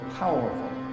powerful